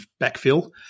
backfill